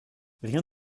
rien